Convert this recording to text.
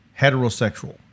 heterosexual